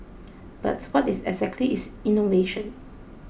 but what exactly is innovation